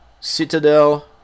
Citadel